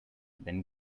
then